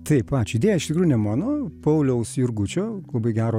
taip ačiū die ne mano pauliaus jurgučio labai gero